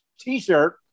t-shirt